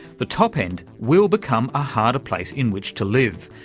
the top end will become a harder place in which to live,